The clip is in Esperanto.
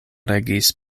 regis